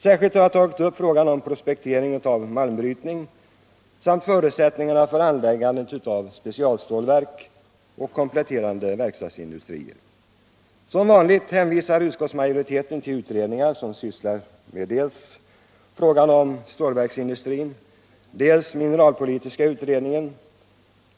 Särskilt har jag berört frågan om prospektering av malmbrytning samt förutsättningarna för anläggandet av specialstålverk och kompletterande verkstadsindustrier. Som vanligt hänvisar utskottsmajoriteten till utredningar — dels till en utredning som sysslar med stålverksindustrin, dels till den mineralpolitiska utredningen.